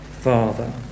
father